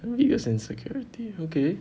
your biggest insecurity okay